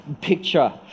picture